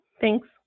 thanks